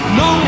no